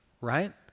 right